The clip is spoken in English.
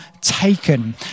taken